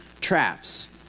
traps